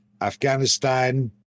Afghanistan